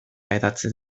hedatzen